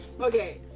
Okay